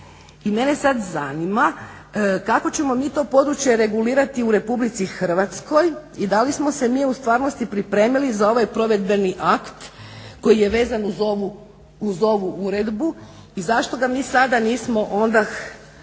i mene sada zanima kako ćemo mi to područje regulirati u Republici Hrvatskoj i da li smo se mi u stvarnosti pripremili za ovaj provedbeni akt koji je vezan uz ovu uredbu i zašto ga mi sada nismo onda